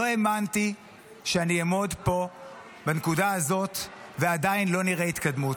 לא האמנתי שאני אעמוד פה בנקודה הזאת ועדיין לא נראה התקדמות.